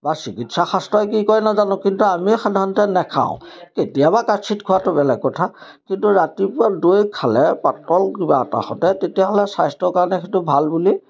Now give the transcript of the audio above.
বা চিকিৎসা শাস্ত্ৰই কি কয় নাজানো কিন্তু আমি সাধাৰণতে নেখাওঁ কেতিয়াবা কাৎচিত খোৱাটো বেলেগ কথা কিন্তু ৰাতিপুৱা দৈ খালে পাতল কিবা এটা সৈতে তেতিয়াহ'লে স্বাস্থ্যৰ কাৰণে সেইটো ভাল বুলি